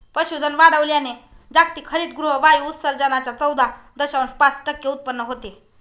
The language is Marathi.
पशुधन वाढवल्याने जागतिक हरितगृह वायू उत्सर्जनाच्या चौदा दशांश पाच टक्के उत्पन्न होते